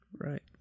right